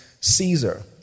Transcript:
Caesar